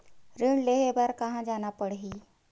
ऋण लेहे बार कहा जाना पड़ही?